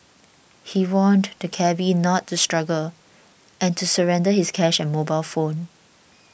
he warned the cabby not to struggle and to surrender his cash and mobile phone